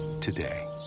today